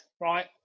right